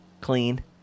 Clean